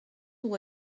will